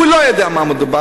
הוא לא יודע על מה מדובר,